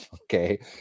Okay